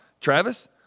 Travis